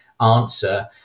answer